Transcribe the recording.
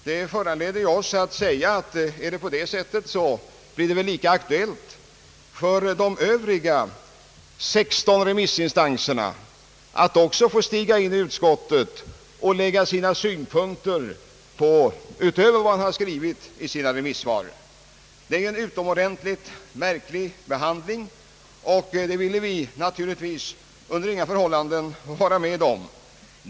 Det föranledde oss att säga att det i så fall skulle bli lika aktuellt för de övriga 16 remissinstanserna att få stiga in i utskottet och lägga fram sina synpunkter utöver vad de har skrivit i sina remissvar. Det skulle ha blivit en utomordentligt märklig behandling, och det ville vi naturligtvis under inga förhållanden vara med om.